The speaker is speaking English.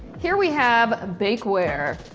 here we have bake ware.